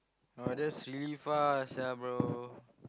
oh that's really far sia bro